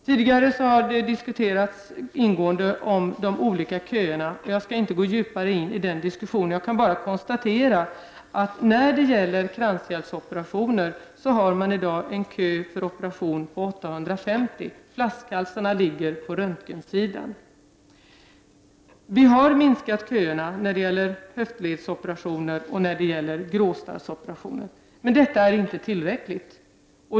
Tidigare har man ingående diskuterat de olika köerna, och jag skall inte gå djupare in i den diskussionen, Jag kan bara konstatera att man i dag när det gäller kranskärlsoperationer har en operationskö på 850 personer — flaskhalsarna ligger på röntgensidan, Vi har minskat köerna när det gäller höftledsoperationer och gråstarrsoperationer, men detta är inte tillräckligt.